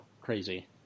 crazy